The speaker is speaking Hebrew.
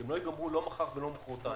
כי הם לא ייגמרו לא מחר ולא מחרתיים.